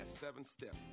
seven-step